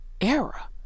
era